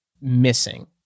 missing